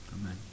amen